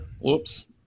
Whoops